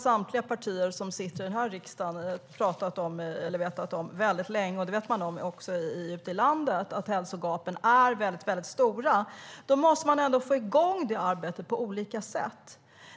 Samtliga partier som sitter i denna riksdag har länge vetat om att hälsogapen är stora, och det vet man också ute i landet. Då måste man få igång arbetet på olika sätt.